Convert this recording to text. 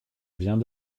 viens